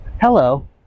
Hello